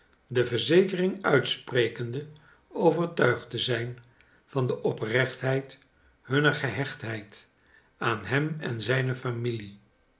de verzekering uitsprekende overtuigd te zijn van de oprechtheid hunner geheohtheid aan hem en zijne familie